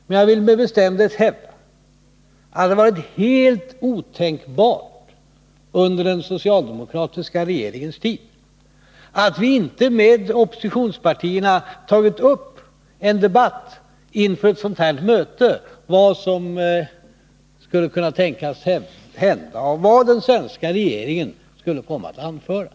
Men jag vill med bestämdhet hävda att det under den socialdemokratiska regeringens tid var helt otänkbart att inför ett sådant här möte inte med oppositionspartierna ta upp en debatt om vad som skulle kunna tänkas hända och vad den svenska regeringen skulle komma att anföra.